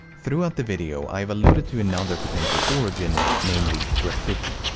throughout the video, i've alluded to another potential origin. namely, graffiti.